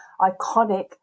iconic